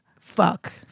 Fuck